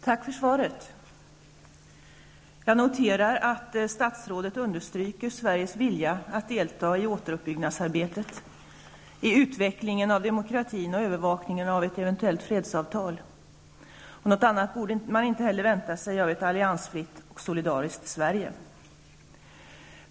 Herr talman! Tack för svaret! Jag noterar att statsrådet understryker Sveriges vilja att delta i återuppbyggnadsarbetet, i utvecklingen av demokratin och övervakningen av ett eventuellt fredsavtal. Något annat borde man inte heller vänta sig av ett alliansfritt och solidariskt Sverige.